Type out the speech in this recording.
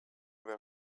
were